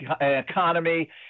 economy